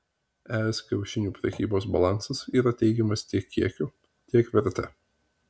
es kiaušinių prekybos balansas yra teigiamas tiek kiekiu tiek verte